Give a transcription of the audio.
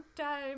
time